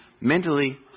mentally